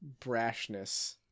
brashness